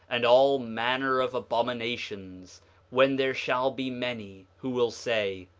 and all manner of abominations when there shall be many who will say,